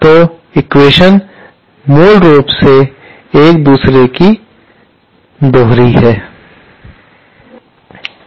तो एक्वेशन्स मूल रूप से एक दूसरे की दोहरी हैं